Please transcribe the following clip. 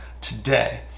today